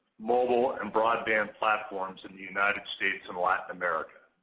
mobile and broadband platforms in the united states and latin america.